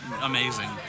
amazing